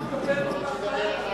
לא ציפינו שנתניהו יתקפל כל כך מהר,